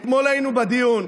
אתמול היינו בדיון,